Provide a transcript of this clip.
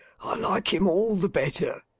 i like him all the better.